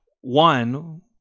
One